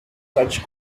such